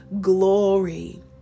glory